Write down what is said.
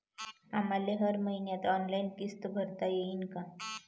आम्हाले हर मईन्याले ऑनलाईन किस्त भरता येईन का?